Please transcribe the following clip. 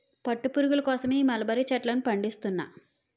పట్టు పురుగుల కోసమే ఈ మలబరీ చెట్లను పండిస్తున్నా